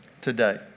today